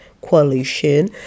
coalition